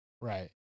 right